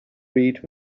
read